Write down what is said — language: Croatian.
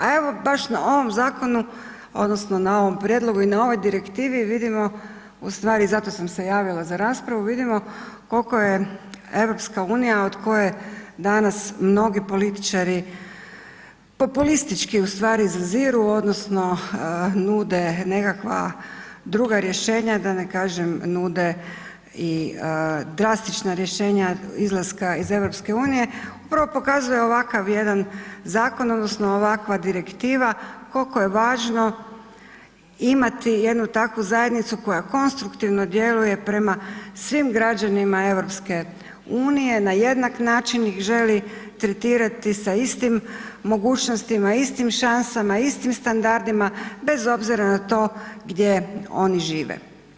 A evo, baš na ovom zakonu odnosno na ovom prijedlogu i na ovoj direktivi vidimo, u stvari zato sam se javila za raspravu, vidimo koliko je EU od koje danas mnogi političari, populistički u stvari zaziru odnosno nude nekakva druga rješenja, da ne kažem, nude i drastična rješenja izlaska iz EU, upravo pokazuje ovakav jedan zakon odnosno ovakva direktiva koliko je važno imati jednu takvu zajednicu koja konstruktivno djeluje prema svim građanima EU, na jednak način ih želi tretirati sa istim mogućnostima, istim šansama, istim standardima, bez obzira na to gdje oni žive.